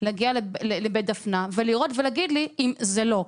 להגיע לבית דפנה ולהגיד דלי אם זה לא כך.